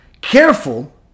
careful